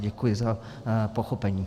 Děkuji za pochopení.